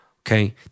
Okay